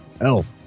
Elf